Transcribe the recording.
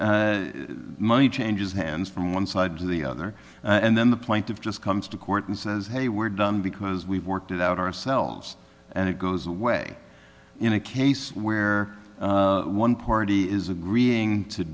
s money changes hands from one side to the other and then the point of just comes to court and says hey we're done because we've worked it out ourselves and it goes away in a case where one party is agreeing to